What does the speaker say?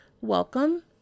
welcome